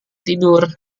tidur